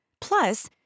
Plus